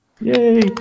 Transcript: Yay